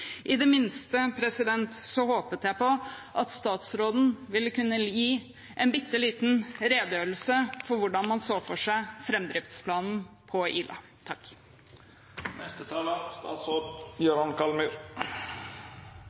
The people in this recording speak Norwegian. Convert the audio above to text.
I det minste håpet jeg på at statsråden ville kunne gi en bitte liten redegjørelse for hvordan man så for seg framdriftsplanen på Ila.